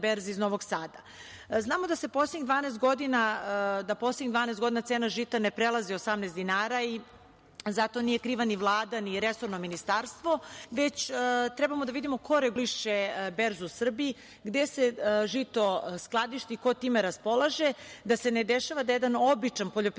Znamo da se poslednjih 12 godina cena žita ne prelazi 18 dinara i zato nije kriva ni Vlada, ni resorno ministarstvo već treba da vidimo ko reguliše berzu u Srbiji gde se žito skladišti, ko time raspolaže. Da se ne dešava da jedan običan poljoprivredni